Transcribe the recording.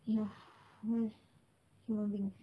ya ugh human beings